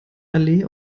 allee